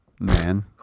man